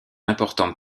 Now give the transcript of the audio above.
importante